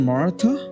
Martha